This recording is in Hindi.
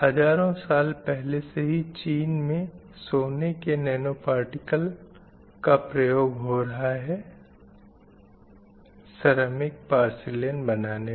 हज़ारों साल पहले से ही चीन में सोने के नैनो पार्टिकल का प्रयोग हो रहा है सरैमिक पॉर्सेलन बनाने में